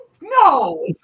No